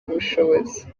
ubushobozi